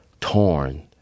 torn